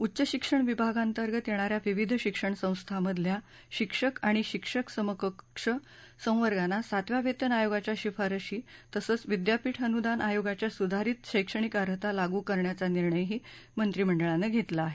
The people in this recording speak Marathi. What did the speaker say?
उच्च शिक्षण विभागांतर्गत येणाऱ्या विविध शिक्षण संस्थांमधील शिक्षक आणि शिक्षक समकक्ष संवर्गांना सातव्या वेतन आयोगाच्या शिफारशी तसंच विद्यापीठ अनुदान आयोगाच्या सुधारित शैक्षणिक अर्हता लागू करण्याचा निर्णयही काल झालेल्या मंत्रिमंडळ बैठकीत घेण्यात आला